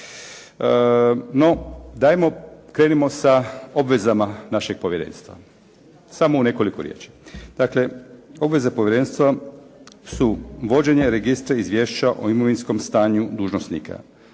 No, dajmo krenimo sa obvezama našeg povjerenstva. Samo u nekoliko riječi. Dakle, obveze povjerenstva su vođenje Registra izvješća o imovinskom stanju dužnosnika.